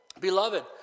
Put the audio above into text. beloved